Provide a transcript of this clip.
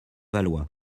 valois